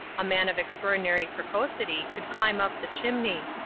a man of extraordinary precocity could climb up the chimney.